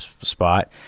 spot